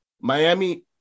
Miami